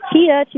Tia